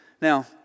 Now